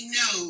no